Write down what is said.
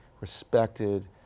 respected